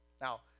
Now